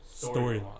storyline